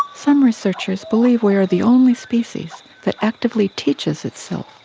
some researchers believe we are the only species that actively teaches itself.